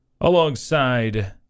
alongside